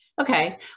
Okay